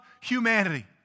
humanity